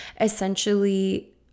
essentially